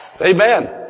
Amen